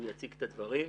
הוא יציג את הדברים.